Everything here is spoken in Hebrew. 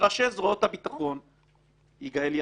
שראשי זרועות הביטחון, יגאל ידין,